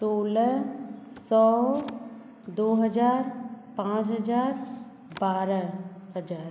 सोलह सौ दो हजार पाँच हजार बारह हजार